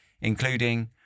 including